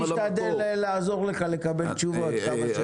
אני אשתדל לעזור לך לקבל תשובות עד כמה שאפשר.